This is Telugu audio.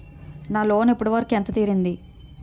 నా లోన్ ఇప్పటి వరకూ ఎంత తీరింది?